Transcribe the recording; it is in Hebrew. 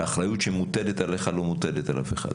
האחריות שמוטלת עליך לא מוטלת על אף אחד.